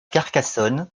carcassonne